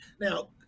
Now